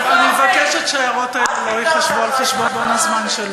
אני מבקשת שההערות האלה לא ייחשבו על חשבון הזמן שלי.